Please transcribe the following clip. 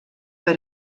per